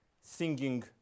singing